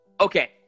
okay